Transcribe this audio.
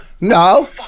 no